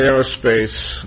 aerospace